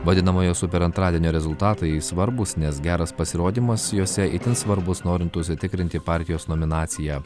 vadinamojo super antradienio rezultatai svarbūs nes geras pasirodymas jose itin svarbus norint užsitikrinti partijos nominaciją